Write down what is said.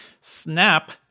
Snap